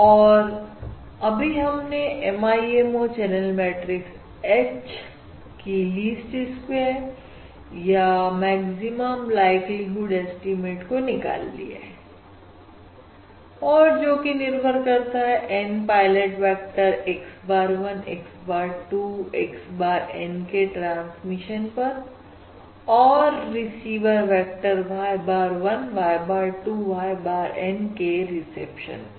और अभी हमने MIMO चैनल मैट्रिक्स H की लिस्ट स्क्वेयर या मैक्सिमम लाइक्लीहुड ऐस्टीमेट को निकाल लिया है और जो कि निर्भर करता है N pilot vector x bar 1 x bar 2 xb ar N के ट्रांसमिशन पर और receiver vector y bar 1 y bar 2 y bar N के रिसेप्शन पर